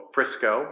Frisco